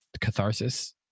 catharsis